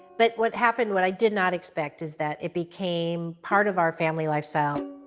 but what happened, what i did not expect, is that it became part of our family lifestyle.